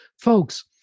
folks